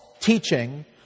teaching